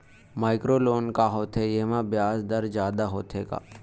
Micro loan का होथे येमा ब्याज दर जादा होथे का?